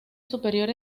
superior